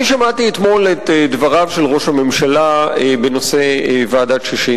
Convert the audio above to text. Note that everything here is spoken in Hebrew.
אני שמעתי אתמול את דבריו של ראש הממשלה בנושא ועדת-ששינסקי.